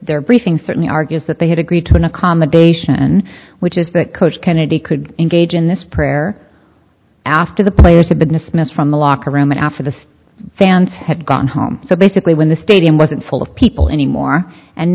there briefing certainly argues that they had agreed to an accommodation which is that coach kennedy could engage in this prayer after the players had been dismissed from the locker room after the fans had gone home so basically when the stadium wasn't full of people anymore and